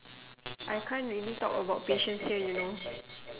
I can't really talk about patients here you know